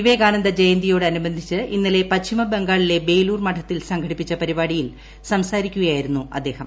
വിവേകാനന്ദ ജയന്തിയോടനുബന്ധിച്ച് ഇന്നലെ പശ്ചിമ ബംഗാളിലെ ബേലൂർ മഠത്തിൽ സംഘടിപ്പിച്ച പരിപാടിയിൽ സംസാരിക്കുകയായിരുന്നു അദ്ദേഹം